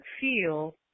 feel